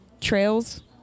Trails